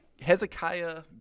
Hezekiah